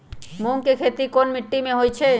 मूँग के खेती कौन मीटी मे होईछ?